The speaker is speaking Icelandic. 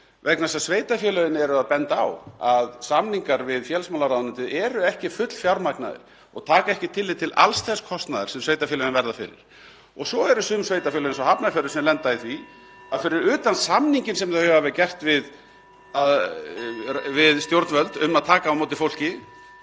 vegna þess að sveitarfélögin eru að benda á að samningar við félagsmálaráðuneytið eru ekki fullfjármagnaðir og taka ekki tillit til alls þess kostnaðar sem sveitarfélögin verða fyrir. Svo eru sum sveitarfélög (Forseti hringir.) eins og Hafnarfjörður að lenda í því að fyrir utan samninginn sem þau hafa gert við stjórnvöld um að taka á móti fólki